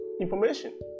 information